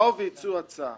באו והציעו הצעה